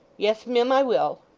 yes, mim, i will